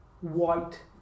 white